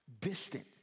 distant